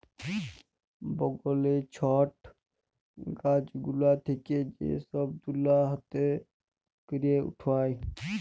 বগলে ছট গাছ গুলা থেক্যে যে সব তুলা হাতে ক্যরে উঠায়